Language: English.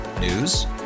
News